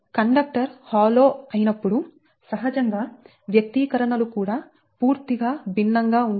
conductor hollow అయినప్పుడు సహజంగా వ్యక్తీకరణలు కూడా పూర్తిగా భిన్నంగా ఉంటాయి